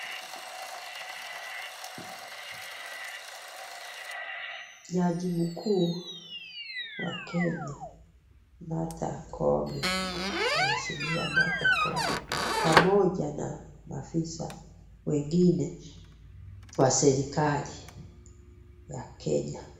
Jaji mkuu wa Kenya, mheshimwa Martha Koome pamoja na maafisa wengine wa serikali ya Kenya.